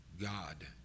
God